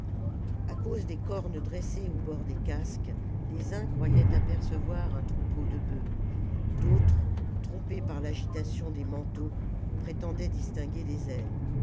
a cause des cornes dressées au bord des casques les uns croyaient apercevoir un troupeau de bœufs d'autres trompés par l'agitation des manteaux prétendaient distinguer des ailes